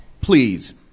Please